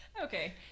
Okay